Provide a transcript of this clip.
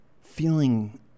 feeling